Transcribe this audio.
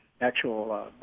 actual